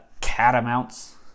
catamounts